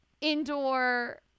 indoor